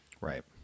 Right